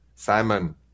Simon